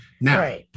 Now